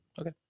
Okay